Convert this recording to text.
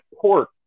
pork